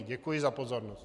Děkuji za pozornost.